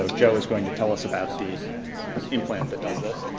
ah joe is going to tell us about the implant that does this.